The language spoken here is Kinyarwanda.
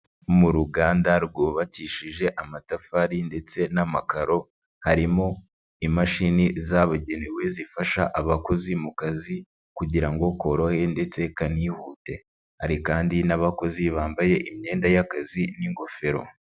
Mu ruganda rwubakishije amatafari ndetse n'amakaro, harimo imashini zabugenewe zifasha abakozi mu kazi kugira ngo korohe ndetse kanihute. Hari kandi n'abakozi bambaye imyenda y'akazi n'ingofero.